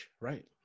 right